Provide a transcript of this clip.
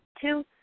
Two